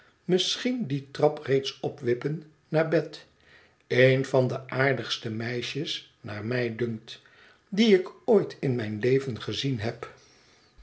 misschien die trap reeds opwippen naar bed een van de aardigste meisjes naar mij dunkt die ik ooit in mijn leven gezien heb